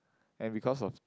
and because of